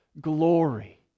glory